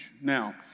Now